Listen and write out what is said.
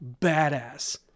badass